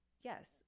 Yes